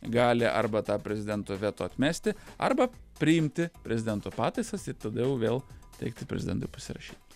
gali arba tą prezidento veto atmesti arba priimti prezidento pataisas i tada jau vėl teikti prezidentui pasirašyt